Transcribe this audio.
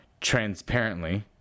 transparently